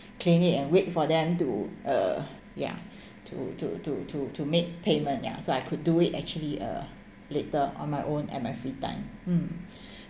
clinic and wait for them to uh ya to to to to to make payment ya so I could do it actually uh later on my own at my free time mm